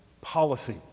policy